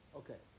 okay